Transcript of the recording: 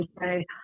say